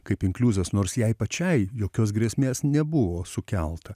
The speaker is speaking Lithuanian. kaip inkliuzas nors jai pačiai jokios grėsmės nebuvo sukelta